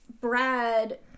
Brad